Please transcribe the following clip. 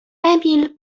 emil